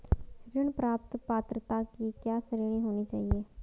ऋण प्राप्त पात्रता की क्या श्रेणी होनी चाहिए?